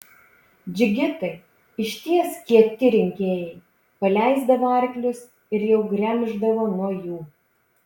džigitai iš ties kieti rinkėjai paleisdavo arklius ir jau gremždavo nuo jų